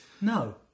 No